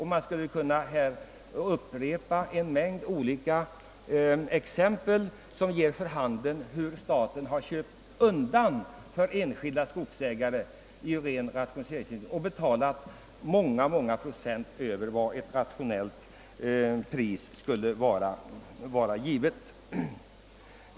Här skulle man kunna ge en mängd olika exempel som visar hur staten köpt undan för enskilda skogsägare genom att betala långt över ett rationellt pris.